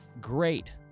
great